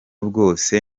bwose